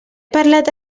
parlat